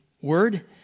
word